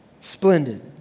splendid